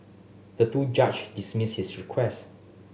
the two judge dismissed his request